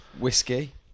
Whiskey